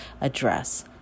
address